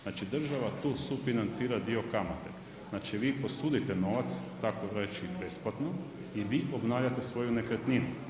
Znači država tu sufinancira dio kamate, znači vi posudite novac tako reći besplatno i vi obnavljate svoju nekretninu.